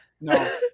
No